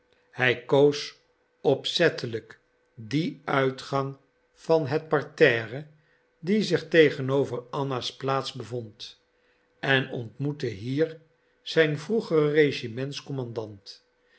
hij koos opzettelijk dien uitgang van het parterre die zich tegenover anna's plaats bevond en ontmoette hier zijn vroegeren